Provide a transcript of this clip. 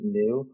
new